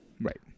Right